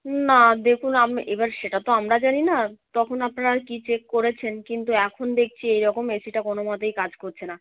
না দেখুন আমি এবার সেটা তো আমরা জানি না তখন আপনারা কী চেক করেছেন কিন্তু এখন দেখছি এই রকম এসিটা কোনো মতেই কাজ করছে না